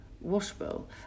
washable